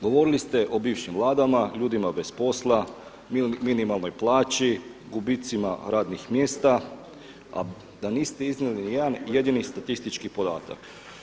Govorili ste o bivšim Vladama, ljudima bez posla, minimalnoj plaći, gubicima radnih mjesta a da niste iznijeli ni jedan jedini statistički podatak.